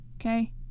Okay